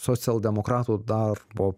socialdemokratų darbo